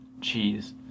cheese